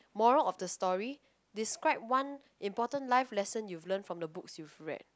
moral of the story describe one important life lesson you've learned from the books you've read